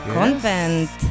convent